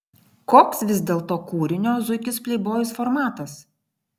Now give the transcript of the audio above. koks vis dėlto kūrinio zuikis pleibojus formatas